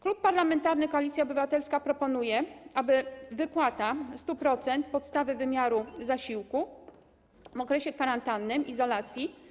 Klub Parlamentarny Koalicja Obywatelska proponuje wypłatę 100% podstawy wymiaru zasiłku w okresie kwarantanny, izolacji.